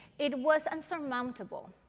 it was unsurmountable.